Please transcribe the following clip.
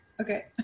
okay